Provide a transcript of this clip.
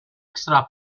extra